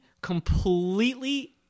completely